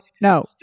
no